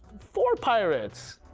for pirates,